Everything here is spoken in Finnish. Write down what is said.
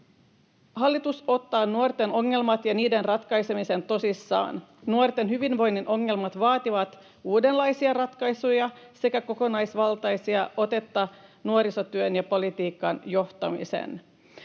Hallitus ottaa nuorten ongelmat ja niiden ratkaisemisen tosissaan. Nuorten hyvinvoinnin ongelmat vaativat uudenlaisia ratkaisuja sekä kokonaisvaltaista otetta nuorisotyön ja politiikan johtamiseen.